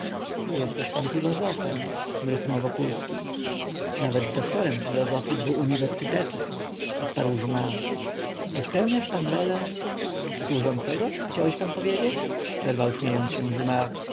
jesteś pan filozofem mruknął wokulski nawet doktorem filozofii dwu uniwersytetów odparł jumart i spełniasz pan rolę służącego chciałeś pan powiedzieć przerwał śmiejąc się jumart